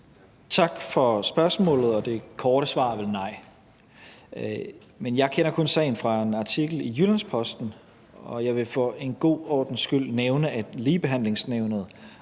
Tak for spørgsmålet. Det korte svar er vel nej. Men jeg kender kun sagen fra en artikel i Jyllands-Posten, og jeg vil for en god ordens skyld nævne, at Ligebehandlingsnævnet